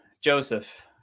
Joseph